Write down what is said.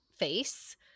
face